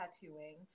tattooing